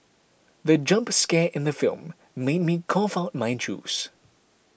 the jump scare in the film made me cough out my juice